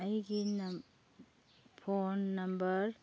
ꯑꯩꯒꯤ phone number